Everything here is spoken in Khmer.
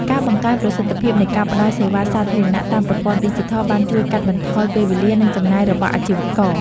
ការបង្កើនប្រសិទ្ធភាពនៃការផ្តល់សេវាសាធារណៈតាមប្រព័ន្ធឌីជីថលបានជួយកាត់បន្ថយពេលវេលា និងចំណាយរបស់អាជីវករ។